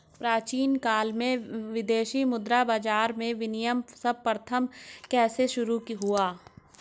प्राचीन काल में विदेशी मुद्रा बाजार में विनिमय सर्वप्रथम कैसे शुरू हुआ?